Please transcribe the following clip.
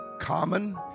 common